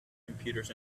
computers